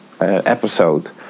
episode